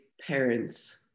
parents